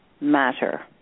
matter